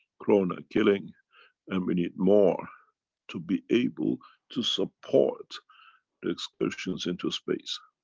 corona killing and we need more to be able to support the excursions into space.